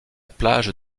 plage